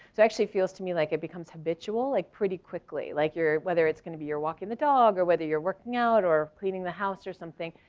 actually feels to me like it becomes habitual like pretty quickly like your whether it's gonna be you're walking the dog or whether you're working out or cleaning the house or something.